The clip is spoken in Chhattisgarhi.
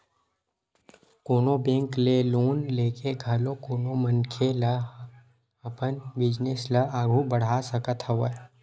कोनो बेंक ले लोन लेके घलो कोनो मनखे ह अपन बिजनेस ल आघू बड़हा सकत हवय